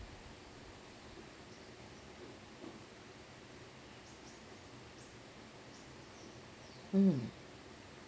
mm